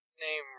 name